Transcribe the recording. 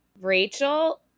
Rachel